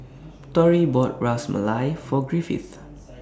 Tory bought Ras Malai For Griffith